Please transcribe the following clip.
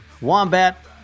Wombat